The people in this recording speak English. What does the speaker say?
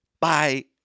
Bye